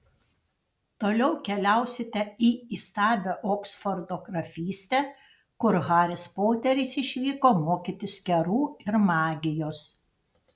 toliau keliausite į įstabią oksfordo grafystę kur haris poteris išvyko mokytis kerų ir magijos